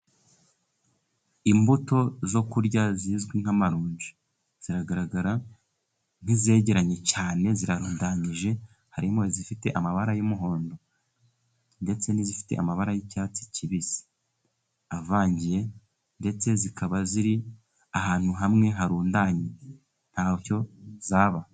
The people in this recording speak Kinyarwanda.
Imbuto zo kurya zizwi nk'amaronji ziragaragara nk'izegeranye cyane zirarundanyije harimo izifite amabara y'umuhondo ,ndetse n'izifite amabara y'icyatsi kibisi , avangiye ndetse zikaba ziri ahantu hamwe harundanye ntacyo zaba.